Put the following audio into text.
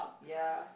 ya